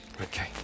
Okay